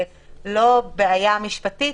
זה לא בעיה משפטית,